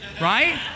right